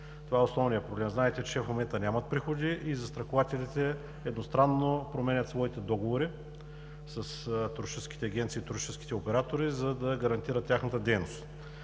Това е основният проблем. Знаете, че в момента нямат приходи и застрахователите едностранно променят своите договори с туристическите агенции и оператори, за да гарантират тяхната дейност.